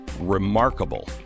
remarkable